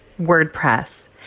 WordPress